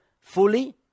fully